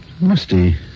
Musty